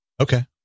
Okay